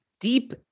deep